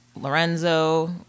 Lorenzo